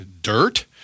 dirt